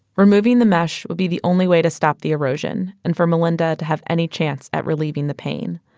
removing the mesh would be the only way to stop the erosion and for melynda to have any chance at relieving the pain.